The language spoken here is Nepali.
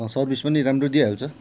सर्विस पनि राम्रो दिइहाल्छ